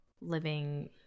living